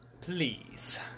Please